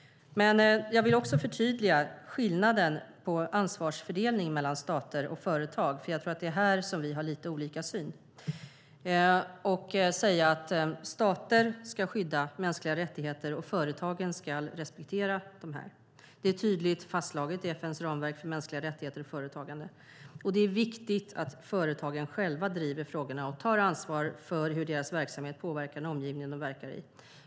Jag vill också förtydliga skillnaden när det gäller ansvarsfördelningen mellan stater och företag - jag tror att det är här som vi har lite olika syn - och säga att stater ska skydda mänskliga rättigheter, och företagen ska respektera dem. Det är tydligt fastslaget i FN:s ramverk för mänskliga rättigheter och företagande. Det är viktigt att företagen själva driver frågorna och tar ansvar för hur deras verksamhet påverkar den omgivning som de verkar i.